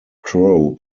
crow